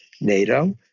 NATO